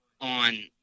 on